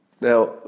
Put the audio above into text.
Now